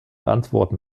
antworten